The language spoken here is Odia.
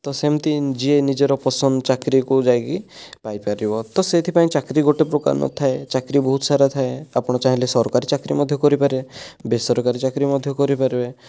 ତ ସେମତି ଯିଏ ନିଜର ପସନ୍ଦ ଚାକିରୀକୁ ଯାଇକି ପାଇପାରିବ ତ ସେଇଥିପାଇଁ ଚାକିରି ଗୋଟିଏ ପ୍ରକାର ନଥାଏ ଚାକିରି ବହୁତ ସାରା ଥାଏ ଆପଣ ଚାହିଁଲେ ସରକାରୀ ଚାକିରି ମଧ୍ୟ କରିପାରିବେ ବେସରକାରୀ ଚାକିରି ମଧ୍ୟ କରିପାରିବେ